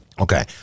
Okay